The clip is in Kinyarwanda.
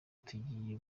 tugiye